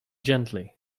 gently